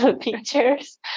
pictures